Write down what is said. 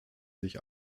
sich